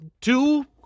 two